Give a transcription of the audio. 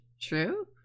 true